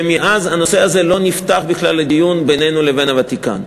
ומאז הנושא הזה בכלל לא נפתח בכלל לדיון בינינו לבין הוותיקן.